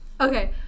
Okay